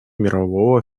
мирового